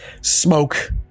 smoke